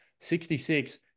66